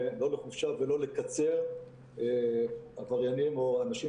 לא לחופשה ולא לקצר לעבריינים או אנשים